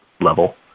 level